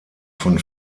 von